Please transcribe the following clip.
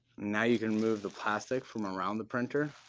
now you can remove the plastic from around the printer,